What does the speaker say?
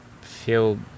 feel